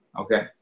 Okay